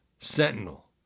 Sentinel